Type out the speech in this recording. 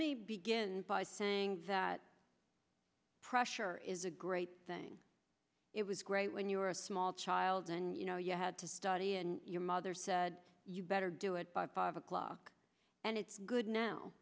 me begin by saying that pressure is a great thing it was great when you were a small child and you know you had to study and your mother said you better do it by five o'clock and it's good now